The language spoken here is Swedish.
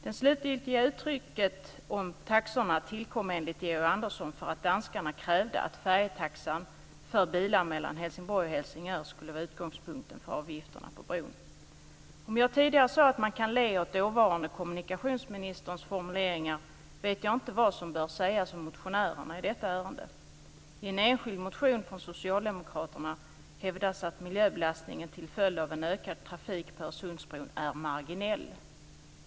Det slutgiltiga uttrycket om taxorna tillkom enligt Georg Andersson för att danskarna krävde att färjetaxan för bilar mellan Helsingborg och Helsingör skulle vara utgångspunkten för avgifterna på bron. Om jag tidigare sade att man kan le åt den dåvarande kommunikationsministerns formuleringar så vet jag inte vad som bör sägas om motionärerna i detta ärende. I en enskild motion från Socialdemokraterna hävdas att miljöbelastningen till följd av en ökad trafik på Öresundsbron är marginell.